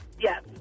Yes